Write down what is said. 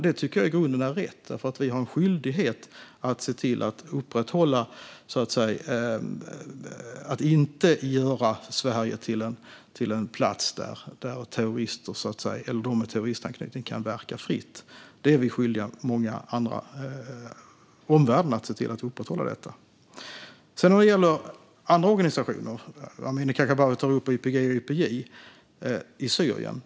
Det tycker jag i grunden är rätt, för vi har en skyldighet att se till att inte göra Sverige till en plats där människor med terroristanknytning kan verka fritt. Vi är skyldiga omvärlden att upprätthålla detta. Amineh Kakabaveh tar upp YPG/YPJ i Syrien.